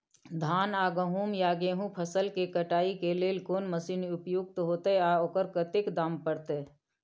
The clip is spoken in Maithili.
धान आ गहूम या गेहूं फसल के कटाई के लेल कोन मसीन उपयुक्त होतै आ ओकर कतेक दाम परतै?